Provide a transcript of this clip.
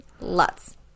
lots